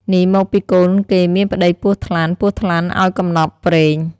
នេះមកពីកូនគេមានប្ដីពស់ ថ្លាន់ ពស់ថ្លាន់ឱ្យកំណប់ព្រេង ”។